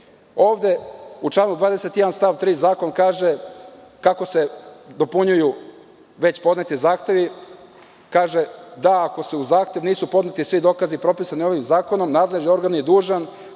članu 21. stav 3. zakon kaže kako se dopunjuju već podneti zahtevi: „Ako uz zahtev nisu podneti svi dokazi propisani ovim zakonom, nadležni organ je dužan